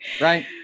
Right